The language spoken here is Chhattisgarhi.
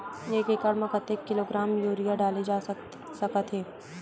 एक एकड़ म कतेक किलोग्राम यूरिया डाले जा सकत हे?